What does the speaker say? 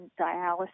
dialysis